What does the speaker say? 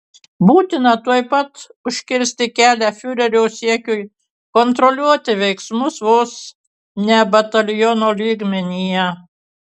būtina tuoj pat užkirsti kelią fiurerio siekiui kontroliuoti veiksmus vos ne bataliono lygmenyje